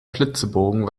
flitzebogen